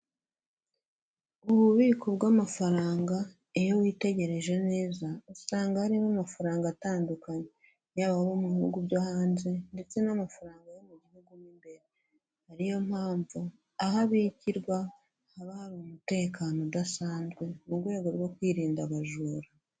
Ububiko bw'amafaranga iyo witegereje neza usanga harimo amafaranga atandukanye yaba ayo mu bihugu byo hanze ndetse n'amafaranga yo mu gihugu mu imbere, ariyo mpamvu aho abikirwa haba hari umutekano udasanzwe mu rwego rwo kwirinda abajura.